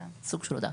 אז זה סוג של הודעה.